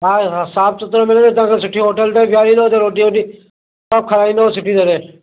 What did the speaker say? हा हा साफ़ सुथरो मिलंदव तव्हांखे सुठी होटल में बीहारींदो उते रोटी वोटी सभु खाराईंदो सुठी तरह